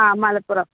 ആ മലപ്പുറം